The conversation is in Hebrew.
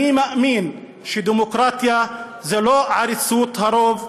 אני מאמין שדמוקרטיה זה לא עריצות הרוב,